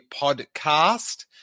podcast